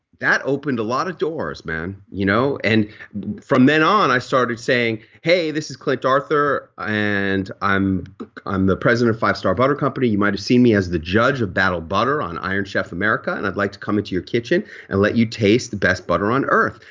that opened a lot of doors man you know and from then on i started saying, hey, this is clint arthur and i'm i'm the president five star butter company. you might have seen me as the judge of battle butter on iron chef america and i'd like to come into your kitchen and let you taste the best butter on earth.